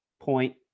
point